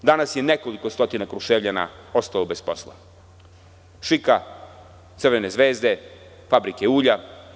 Danas je nekoliko stotina Kruševljana ostalo bez posla, „ŠIK-a“, „Crvene zvezde“ i Fabrike ulja.